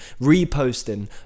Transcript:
reposting